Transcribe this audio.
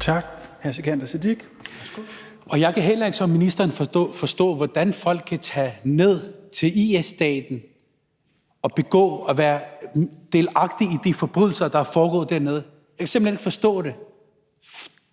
21:58 Sikandar Siddique (UFG): Jeg kan ligesom ministeren heller ikke forstå, hvordan folk kan tage ned til IS-staten og begå og være delagtige i de forbrydelser, der er foregået dernede. Jeg kan simpelt hen ikke forstå det –